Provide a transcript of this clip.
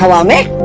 ah i'll make